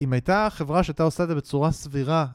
אם הייתה חברה שהייתה עושה את זה בצורה סבירה